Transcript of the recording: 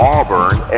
Auburn